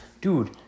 dude